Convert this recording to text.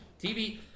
TV